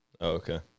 Okay